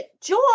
joy